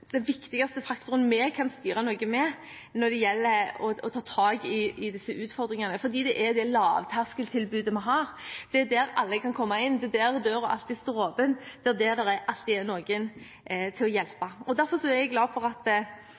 den viktigste faktoren vi kan styre når det gjelder å ta tak i disse utfordringene, for det er det lavterskeltilbudet vi har. Det er der alle kan komme inn, det er der døren alltid står åpen, det er der det alltid er noen til å hjelpe. Derfor er jeg glad for at